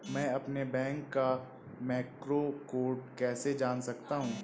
मैं अपने बैंक का मैक्रो कोड कैसे जान सकता हूँ?